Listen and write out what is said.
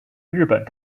日本